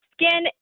skin